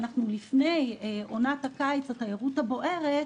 ואנחנו לפני עונת הקיץ והתיירות הבוערת,